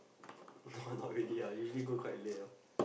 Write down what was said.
no lah not really lah usually go quite late lor